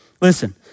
listen